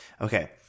okay